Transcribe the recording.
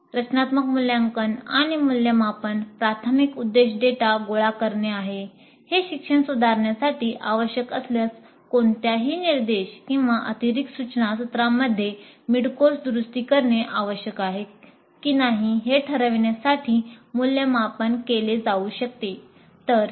रचनात्मक मूल्यांकन आणि मूल्यमापन प्राथमिक उद्देश डेटा दुरुस्ती करणे आवश्यक आहे की नाही हे ठरवण्यासाठी मूल्यमापन केले जाऊ शकते